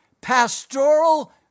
pastoral